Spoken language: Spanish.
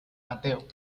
mateo